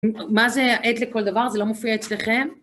מה זה העת לכל דבר? זה לא מופיע אצלכם?